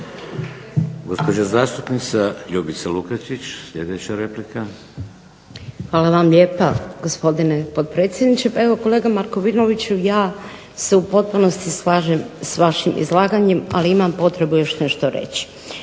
Hvala vam lijepa, gospodine potpredsjedniče. Pa evo kolega Markovinoviću, ja se u potpunosti slažem s vašim izlaganjem, ali imam potrebu još nešto reći.